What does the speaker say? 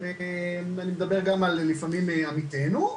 ואני מדבר גם לפעמים על עמיתינו,